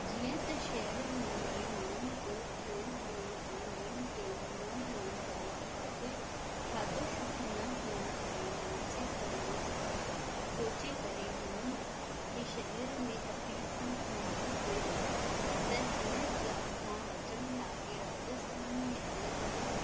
जीअं त शहिरनि में माण्हू जो खाइण पीअण जो नेम टेम न हुअण करे खाधे खाधो शुद्ध न हुअण करे मानसिक तनाव सां सोचे करे हुननि जी शरीर में तकलीफ़ूं हूंदियूं आहिनि त हिन जा सां बचण लाइ राजस्थान में अलॻि अलॻि